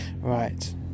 Right